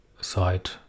side